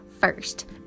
First